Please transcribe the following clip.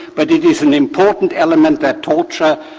but it is an important element that torture,